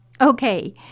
Okay